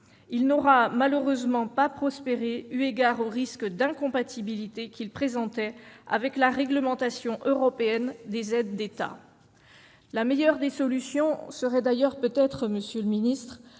Il n'aura malheureusement pas prospéré, eu égard au risque d'incompatibilité qu'il présentait avec la réglementation européenne sur les aides d'État. La meilleure des solutions serait d'ailleurs peut-être, monsieur le ministre,